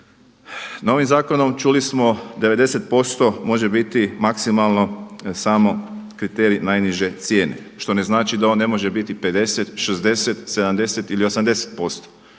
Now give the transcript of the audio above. Novim zakonom čuli smo 90% može biti maksimalno samo kriterij najniže cijene što ne znači da on ne može biti 50, 60, 70 ili 80%.